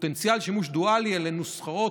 פוטנציאל שימוש דואלי אלה נוסחאות,